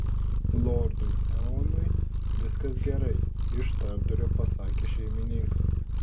lordui eonui viskas gerai iš tarpdurio pasakė šeimininkas